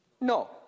No